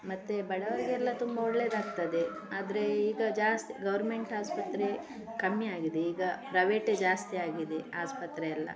ಮತ್ತೆ ಬಡವರಿಗೆಲ್ಲ ತುಂಬ ಒಳ್ಳೆದಾಗ್ತದೆ ಆದರೆ ಈಗ ಜಾಸ್ತಿ ಗೌರ್ಮೆಂಟ್ ಆಸ್ಪತ್ರೆ ಕಮ್ಮಿಯಾಗಿದೆ ಈಗ ಪ್ರೈವೇಟೇ ಜಾಸ್ತಿಯಾಗಿದೆ ಆಸ್ಪತ್ರೆ ಎಲ್ಲ